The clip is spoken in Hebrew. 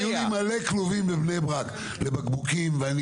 היו לי מלא כלובים בבני ברק לבקבוקים ואני